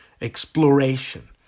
exploration